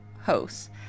hosts